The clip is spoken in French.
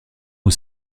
aux